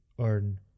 earn